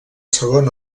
segon